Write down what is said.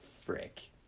Frick